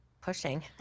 pushing